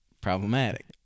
problematic